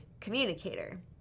communicator